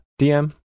DM